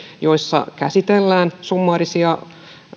joissa käsitellään summaarisia